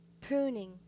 Pruning